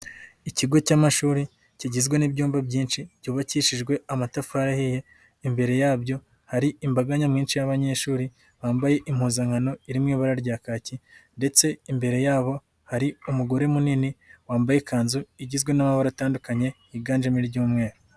Ikigo cy'amashuri kigizwe n'ibyumba byinshi byubakishijwe amatafari ahiye, imbere yabyo hari imbaga nyamwinshi y'abanyeshuri bambaye impuzankano iri mu ibara rya kaki ndetse imbere yabo hari umugore munini wambaye ikanzu igizwe n'amabara atandukanye, yiganjemo iry'umweru.